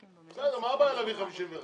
בסדר, מה הבעיה להביא 51?